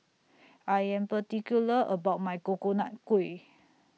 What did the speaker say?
I Am particular about My Coconut Kuih